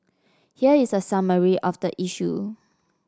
here is a summary of the issue